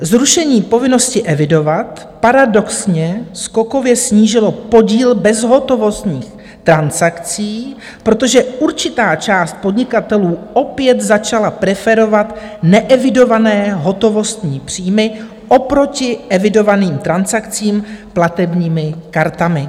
Zrušení povinnosti evidovat paradoxně skokově snížilo podíl bezhotovostních transakcí, protože určitá část podnikatelů opět začala preferovat neevidované hotovostní příjmy oproti evidovaným transakcím platebními kartami.